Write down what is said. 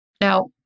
Now